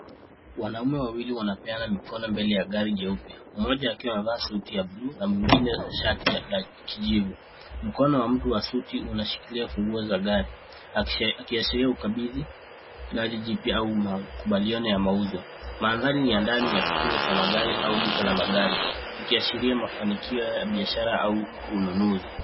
Wanaume wawili wanapenan mikono mbele ya jeupe. Mmoja akiwa amevaa suti ya buluu na mwingine shati la kijivu. Mkono wa mtu wa suti unashikilia funguo za gari akiashiria ukabidhi gari jipya au makubaliano ya mauzo. Mandhari ni ya ndani ya kituo cha magari au duka la magari ikiashira mafanikio ya biashara au ununuzi.